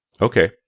Okay